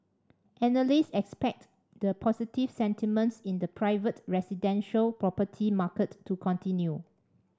analysts expect the positive sentiments in the private residential property market to continue